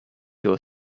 your